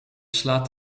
slaat